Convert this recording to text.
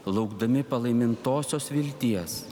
laukdami palaimintosios vilties